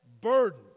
burden